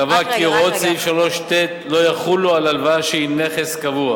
קבע כי הוראות סעיף 3(ט) לא יחולו על הלוואה שהיא "נכס קבוע"